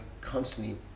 constantly